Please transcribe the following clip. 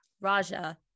Raja